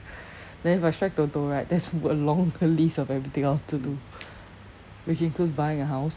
then if I strike toto right there's a long list of everything I want to do which includes buying a house